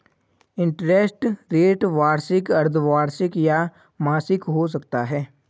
interest rate वार्षिक, अर्द्धवार्षिक या मासिक हो सकता है